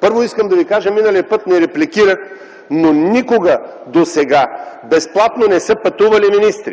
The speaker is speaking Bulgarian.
Първо искам да ви кажа, че миналия път не репликирах, но никога досега министри не са пътували безплатно!